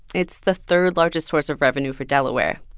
it's the third largest source of revenue for delaware.